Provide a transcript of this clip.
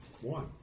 one